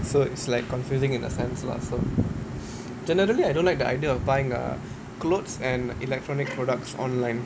so it's like confusing in a sense lah so generally I don't like the idea of buying uh clothes and electronic products online